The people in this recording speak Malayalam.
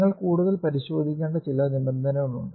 നിങ്ങൾ കൂടുതൽ പരിശോധിക്കേണ്ട ചില നിബന്ധനകളുണ്ട്